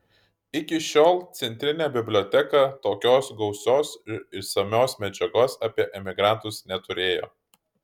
iki šiol centrinė biblioteka tokios gausios ir išsamios medžiagos apie emigrantus neturėjo